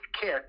kick